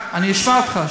אני אשמע אותך.